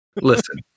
Listen